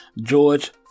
George